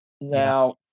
Now